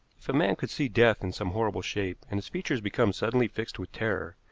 if a man could see death in some horrible shape, and his features become suddenly fixed with terror,